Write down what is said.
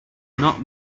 not